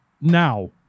now